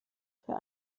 für